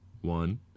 one